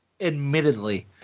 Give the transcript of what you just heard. admittedly